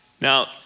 Now